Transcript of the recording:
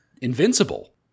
Invincible